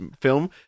film